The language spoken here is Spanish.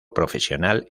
profesional